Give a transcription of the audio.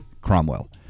Cromwell